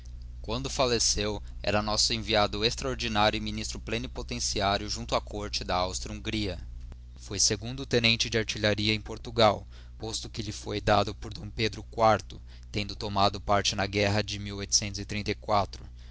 quando falleceu era nosso enviado extraordinário e ministro plenipotenciário junto á corte da áustria hungria foi segundo tenentede artilheria em portugal posto que lhe foi dado por d pedro iv tendo tomado parte na guerra de e